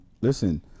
Listen